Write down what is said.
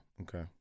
okay